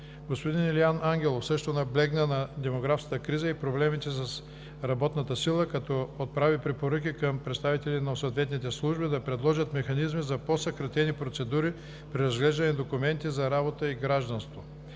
Господин Юлиан Ангелов също наблегна на демографската криза и проблемите с работната сила, като отправи препоръка към представителите на съответните служби да предложат механизми за по-съкратени процедури при разглеждането на документи за работа и гражданство.